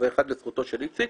אז זה לזכותו של איציק.